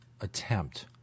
attempt